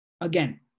again